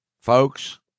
Folks